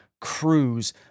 cruise